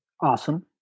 Awesome